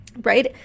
Right